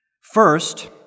First